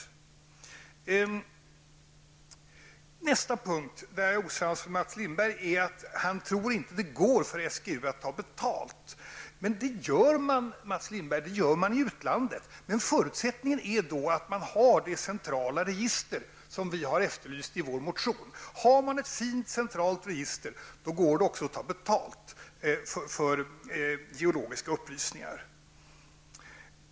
Så till nästa punkt där jag är osams med Mats Lindberg. Mats Lindberg tror inte att det går för SGU att ta betalt för geologiska upplysningar. Men det gör man i utlandet. Det förutsätter dock att det finns ett sådant centralt register som vi efterlyser i vår motion. Om det finns ett fint centralt register, går det att ta betalt för geologiska upplysningar.